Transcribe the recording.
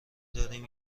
داریم